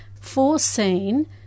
foreseen